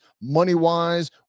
money-wise